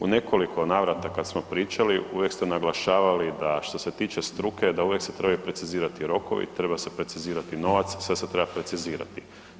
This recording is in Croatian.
U nekoliko navrata kad smo pričali uvijek ste naglašavali da što se tiče struke uvijek se trebaju precizirati rokovi, treba se precizirati novac, sve se treba precizirati.